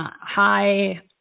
high